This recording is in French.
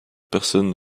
personne